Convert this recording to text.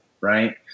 right